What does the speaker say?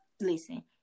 listen